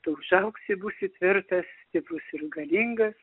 tu užaugsi būsi tvirtas stiprus ir galingas